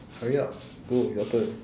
hurry up go your turn